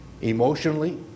emotionally